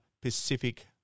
pacific